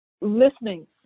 listening